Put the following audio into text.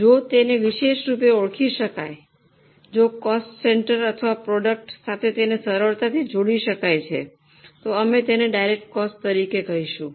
જો તેને વિશેષ રૂપે ઓળખી શકાય જો કોસ્ટ સેન્ટર અથવા પ્રોડક્ટ સાથે તેને સરળતાથી જોડી શક્ય છે તો અમે તેને ડાયરેક્ટ કોસ્ટ તરીકે કહીશું